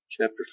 chapter